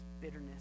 bitterness